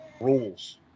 rules